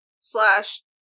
slash